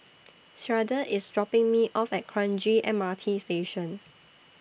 Sharde IS dropping Me off At Kranji M R T Station